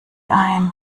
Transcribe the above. ein